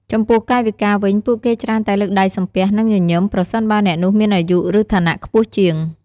ចំពោះកាយវិការវិញ ពួកគេច្រើនតែលើកដៃសំពះ និងញញឹម ប្រសិនបើអ្នកនោះមានអាយុ ឬឋានៈខ្ពស់ជាង។